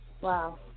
Wow